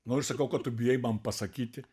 nu ir sakau ko tu bijai man pasakyti